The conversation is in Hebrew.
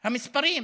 המספרים.